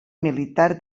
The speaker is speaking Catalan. militar